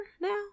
now